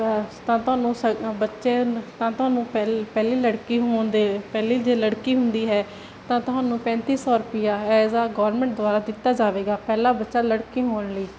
ਆ ਤਾਂ ਤੁਹਾਨੂੰ ਸਾ ਬੱਚੇ ਨ ਤਾਂ ਤੁਹਾਨੂੰ ਪਹਿ ਪਹਿਲੀ ਲੜਕੀ ਹੋਣ ਦੇ ਪਹਿਲੇ ਜੇ ਲੜਕੀ ਹੁੰਦੀ ਹੈ ਤਾਂ ਤੁਹਾਨੂੰ ਪੈਂਤੀ ਸੌ ਰੁਪੀਆ ਐਜ਼ ਅ ਗੌਰਮੈਂਟ ਦੁਆਰਾ ਦਿੱਤਾ ਜਾਵੇਗਾ ਪਹਿਲਾ ਬੱਚਾ ਲੜਕੀ ਹੋਣ ਲਈ